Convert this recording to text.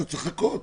אתה צריך לחכות.